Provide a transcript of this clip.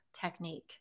technique